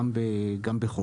גם בחוק.